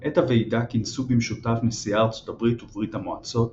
את הוועידה כינסו במשותף נשיאי ארצות הברית וברית המועצות,